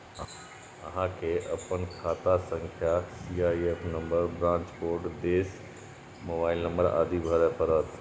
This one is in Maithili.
अहां कें अपन खाता संख्या, सी.आई.एफ नंबर, ब्रांच कोड, देश, मोबाइल नंबर आदि भरय पड़त